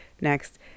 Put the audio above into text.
next